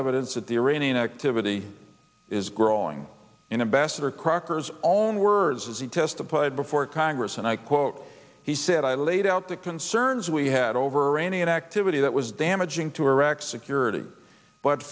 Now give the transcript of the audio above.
evidence that the iranian activity is growing in ambassador crocker's own words as he testified before congress and i quote he said i laid out the concerns we had over any activity that was damaging to iraq's security but